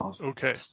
Okay